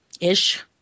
Ish